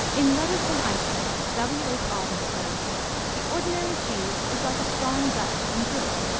in letters from iceland, w h. auden says the ordinary cheese is like a strong dutch and good.